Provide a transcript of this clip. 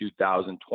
2020